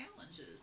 challenges